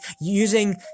using